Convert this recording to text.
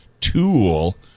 tool